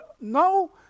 no